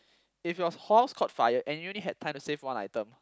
if your house caught fire and you only had time to save one item